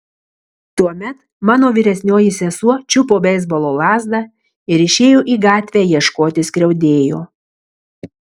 tuomet mano vyresnioji sesuo čiupo beisbolo lazdą ir išėjo į gatvę ieškoti skriaudėjo